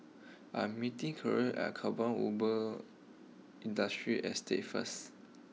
I am meeting Keira at Kampong Ubi Industrial Estate first